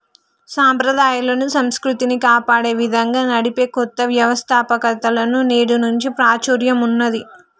సంప్రదాయాలను, సంస్కృతిని కాపాడే విధంగా నడిపే కొత్త వ్యవస్తాపకతలకు నేడు మంచి ప్రాచుర్యం ఉన్నది